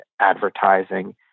advertising